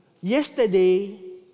Yesterday